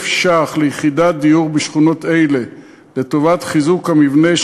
ש"ח ליחידת דיור בשכונות אלה לטובת חיזוק המבנה,